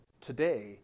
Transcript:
Today